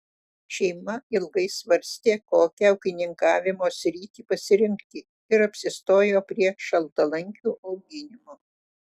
šeima ilgai svarstė kokią ūkininkavimo sritį pasirinkti ir apsistojo prie šaltalankių auginimo